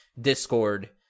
Discord